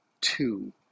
two